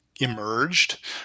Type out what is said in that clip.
emerged